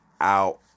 Out